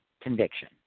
conviction